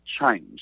change